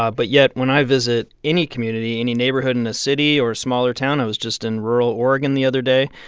ah but yet when i visit any community, any neighborhood in a city or smaller town i was just in rural oregon the other day.